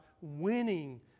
winning